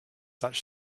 such